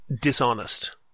dishonest